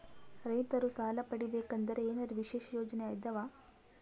ರೈತರು ಸಾಲ ಪಡಿಬೇಕಂದರ ಏನರ ವಿಶೇಷ ಯೋಜನೆ ಇದಾವ?